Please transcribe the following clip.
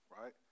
right